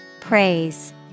Praise